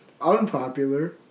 Unpopular